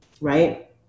right